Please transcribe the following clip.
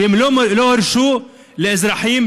שלא הרשו לאזרחים,